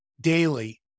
daily